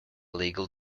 legal